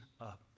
up